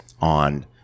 on